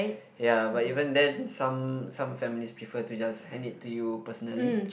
ya but even then some some families prefer to just hand it to you personally